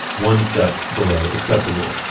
one step below acceptable.